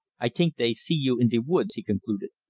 i t'ink dey see you in de woods, he concluded.